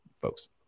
folks